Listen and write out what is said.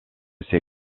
ses